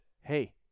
hey